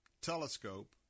telescope